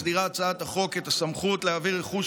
מסדירה הצעת החוק את הסמכות להעביר רכוש